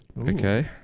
Okay